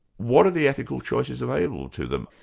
what are the ethical choices available to them?